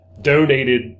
donated